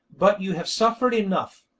but you have suffered enough.